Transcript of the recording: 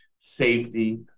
safety